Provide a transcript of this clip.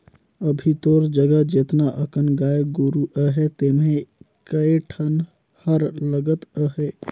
अभी तोर जघा जेतना अकन गाय गोरु अहे तेम्हे कए ठन हर लगत अहे